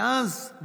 ואז,